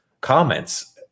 comments